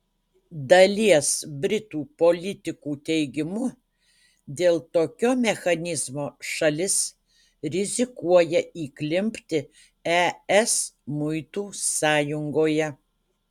dalies britų politikų teigimu dėl tokio mechanizmo šalis rizikuoja įklimpti es muitų sąjungoje